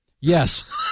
Yes